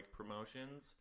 promotions